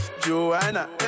Joanna